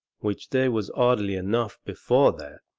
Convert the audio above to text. which they was orderly enough before that,